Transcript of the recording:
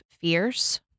fears